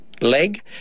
leg